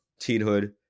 teenhood